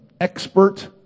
expert